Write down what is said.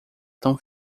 tão